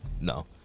no